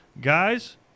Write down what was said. Guys